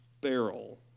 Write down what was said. barrel